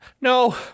no